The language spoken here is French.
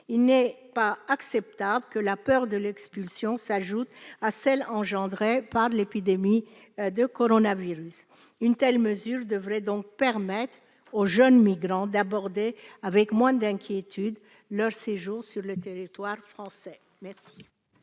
Il n'est pas acceptable qu'à la peur de l'expulsion s'ajoute celle engendrée par l'épidémie de coronavirus. Une telle mesure devrait donc permettre aux jeunes migrants d'aborder avec moins d'inquiétude leur séjour sur le territoire français. Quel